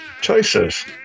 choices